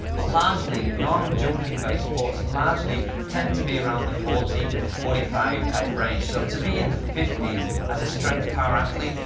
but largely non-jumping based sports largely tend to be around the forty, forty five type range. so to be in the fifty s as a strength-power athlete,